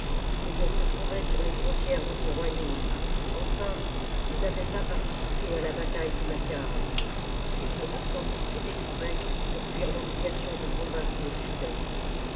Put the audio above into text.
c'est qu'elles se trouvaient sur les frontières de son royaume enfin il n'avait pas participé à la bataille du macar et il s'était absenté tout exprès pour fuir l'obligation de combattre le suffète